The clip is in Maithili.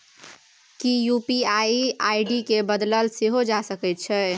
कि यू.पी.आई आई.डी केँ बदलल सेहो जा सकैत छै?